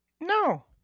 No